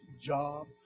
job